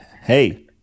Hey